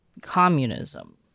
communism